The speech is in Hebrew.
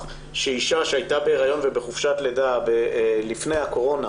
שאישה שהייתה בהיריון ובחופשת לידה לפני הקורונה,